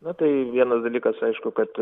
na tai vienas dalykas aišku kad